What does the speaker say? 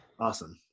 Awesome